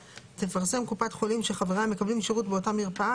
תפרסם קופת חולים שחבריה מקבלים שירות באותה מרפאה